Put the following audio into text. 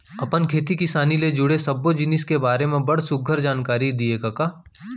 अपन खेती किसानी ले जुड़े सब्बो जिनिस के बारे म बड़ सुग्घर जानकारी दिए कका